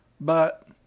But